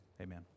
amen